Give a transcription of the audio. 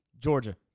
Georgia